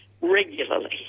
regularly